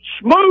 smooth